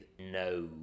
no